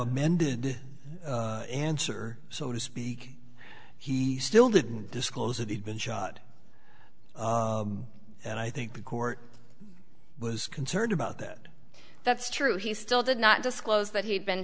amended answer so to speak he still didn't disclose that he'd been shot and i think the court was concerned about that that's true he still did not disclose that he'd been